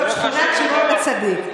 זו שכונת שמעון הצדיק.